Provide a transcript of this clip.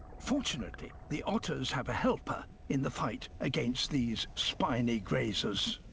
fortunately, the otters have a helper in the fight against these spiny grazers.